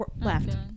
left